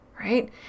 right